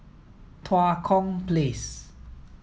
Tua Kong Place